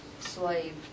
slave